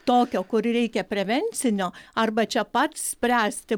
tokio kur reikia prevencinio arba čia pat spręsti